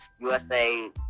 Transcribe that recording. USA